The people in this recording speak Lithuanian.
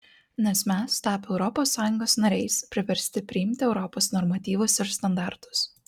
nes mes tapę europos sąjungos nariais priversti priimti europos normatyvus ir standartus